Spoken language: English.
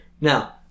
Now